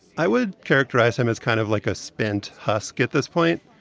i would characterize him as kind of like a spent husk at this point.